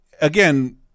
again